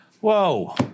Whoa